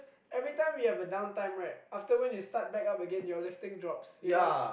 every time you have a downtown right after when you start back up again your lifting drops you know